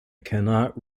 cannot